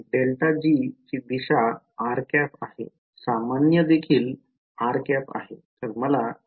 ∇g ची दिशा आहे सामान्य देखील आहे मला 1 मिळेल